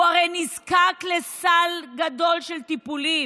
הוא הרי נזקק לסל גדול של טיפולים,